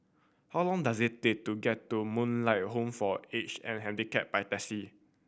how long does it take to get to Moonlight Home for The Aged and Handicapped by taxi